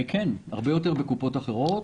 כן, בהחלט, הרבה יותר בקופות אחרות.